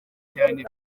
cyane